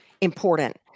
important